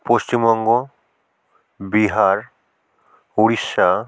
Paschimbanga Bihar Orissa